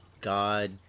God